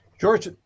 George